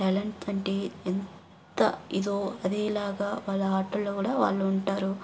talent అంటే ఎంత ఇదో అదేలాగా వాళ్ళ ఆటలో కూడా వాళ్ళు ఉంటారు